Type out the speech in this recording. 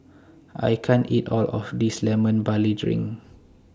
I can't eat All of This Lemon Barley Drink